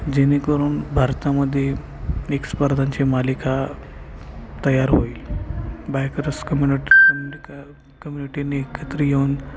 जेणेकरून भारतामध्ये एक स्पर्धांची मालिका तयार होईल बायकर्स कम्युनिट कम्युनिटीनी एकत्र येऊन